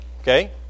Okay